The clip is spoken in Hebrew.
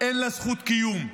אין לה זכות קיום.